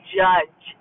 judge